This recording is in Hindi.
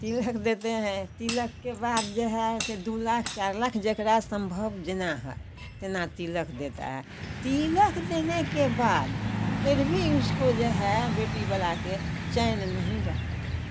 तिलक देते हैं तिलक के बाद जो है सो दो लाख चार लाख जकरा सम्भव जेना है तेना तिलक देता है तिलक देने के बाद फिर भी उसको जो है बेटीवाला को चैन नहीं रहता है